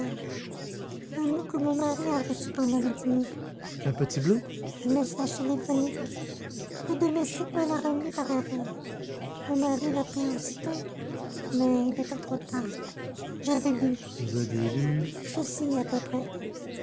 un mot que mon mari a reçu pendant le dîner un petit bleu un message téléphonique le domestique me l'a remis par erreur mon mari l'a pris aussitôt mais il était trop tard j'avais lu vous aviez lu ceci à peu près